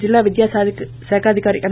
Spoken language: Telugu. జిల్లా విద్యాశాఖాధికారి ఎం